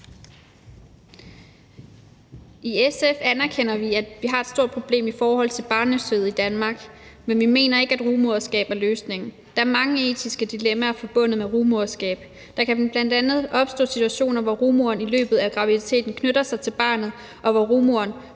I SF anerkender vi, at vi I Danmark har et stort problem i forhold til barnløshed, men vi mener ikke, at rugemoderskab er løsningen. Der er mange etiske dilemmaer forbundet med rugemoderskab. Der kan bl.a. opstå situationer, hvor rugemoderen i løbet af graviditeten knytter sig til barnet, og hvor rugemoderen